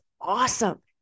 awesome